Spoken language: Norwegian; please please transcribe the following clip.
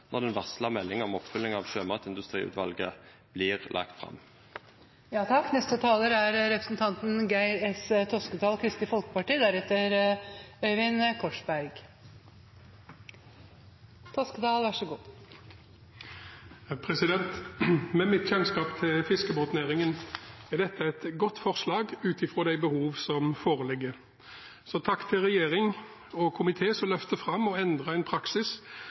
når den varslede meldingen om oppfølging av Sjømatindustriutvalgets arbeid blir lagt fram. Med mitt kjennskap til fiskebåtnæringen er dette et godt forslag, ut fra de behov som foreligger. Takk til regjering og komité, som løfter fram og endrer en praksis,